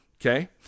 okay